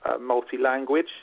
multi-language